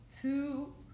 two